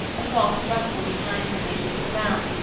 a soft rustle behind her made her look around,